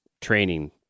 training